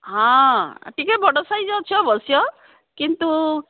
ହଁ ଟିକେ ବଡ଼ ସାଇଜ୍ ଅଛି ଅବଶ୍ୟ କିନ୍ତୁ